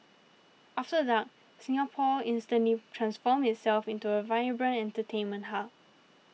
after dark Singapore instantly transforms itself into a vibrant entertainment hub